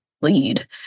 lead